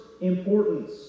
Importance